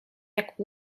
jak